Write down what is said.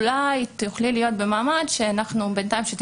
אולי אני אוכל להיות במעמד שבינתיים כשאני